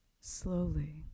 slowly